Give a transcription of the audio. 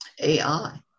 AI